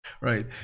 Right